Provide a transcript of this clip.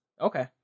Okay